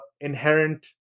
inherent